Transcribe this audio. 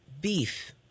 beef